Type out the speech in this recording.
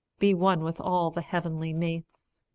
be one with all the heavenly mates.